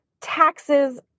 taxes